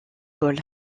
ball